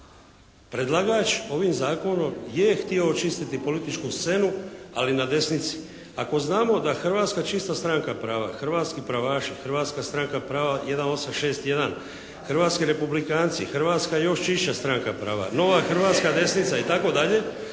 predlagač ovim zakonom je htio očistiti političku scenu ali na desnici. Ako znamo da Hrvatska čista stranka prava, Hrvatski pravaši, Hrvatska stranka prava 1861., Hrvatski republikanci, Hrvatska je još čišća stranka prava, Nova hrvatska desnica itd.,